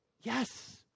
Yes